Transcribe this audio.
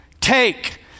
take